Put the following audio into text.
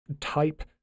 type